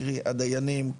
קרי הדיינים,